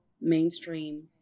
mainstream